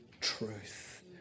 truth